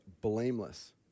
blameless